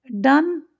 done